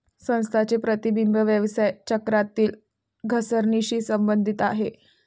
संस्थांचे प्रतिबिंब व्यवसाय चक्रातील घसरणीशी संबंधित आहे